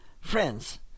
Friends